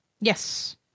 Yes